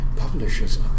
Publishers